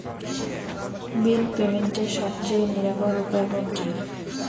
বিল পেমেন্টের সবচেয়ে নিরাপদ উপায় কোনটি?